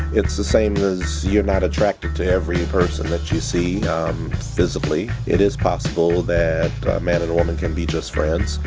it's the same as you're not attracted to every person that you see physically. it is possible that a man and a woman can be just friends.